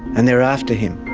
and they're after him.